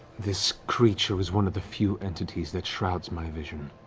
this creature is one of the few entities that shrouds my vision.